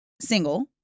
single